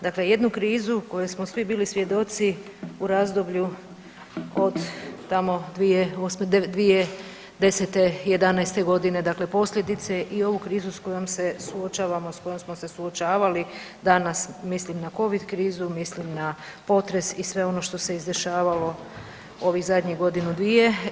Dakle, jednu krizu kojoj smo svi bili svjedoci u razdoblju od tamo 2010., 11. godine dakle posljedice i ovu krizu s kojom se suočavamo s kojom smo se suočavali danas mislim na Covid krizu, mislim na potres i sve ono što se izdešavalo ovih zadnjih godinu, dvije.